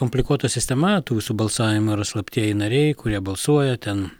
komplikuota sistema tų visų balsavimų yra slaptieji nariai kurie balsuoja ten